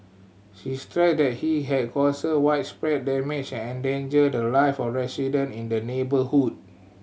she stressed that he had caused widespread damage and endangered the live of resident in the neighbourhood